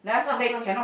socks one